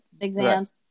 exams